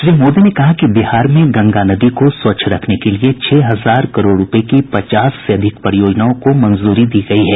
श्री मोदी ने कहा कि बिहार में गंगा नदी को स्वच्छ रखने के लिए छह हजार करोड़ रुपये की पचास से अधिक परियोजनाओं को मंजूरी दी गई है